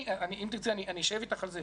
אם תרצי אני אשב אתך על זה,